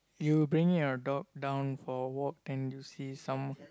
you bring your dog down for walk then you see some